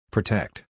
Protect